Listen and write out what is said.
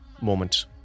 moment